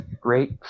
Great